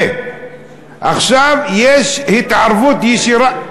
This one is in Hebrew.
עכשיו יש התערבות ישירה,